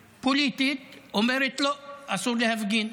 פוליטית, אומרת: לא, אסור להפגין.